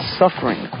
suffering